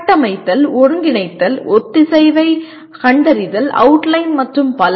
கட்டமைத்தல் ஒருங்கிணைத்தல் ஒத்திசைவைக் கண்டறிதல் அவுட்லைன் மற்றும் பல